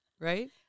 Right